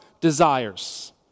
desires